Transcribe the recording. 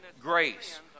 grace